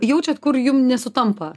jaučiat kur jum nesutampa